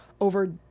over